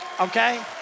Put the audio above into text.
okay